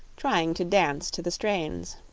trying to dance to the strains.